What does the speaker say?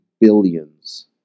billions